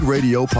Radio